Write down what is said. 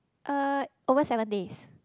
uh over seven days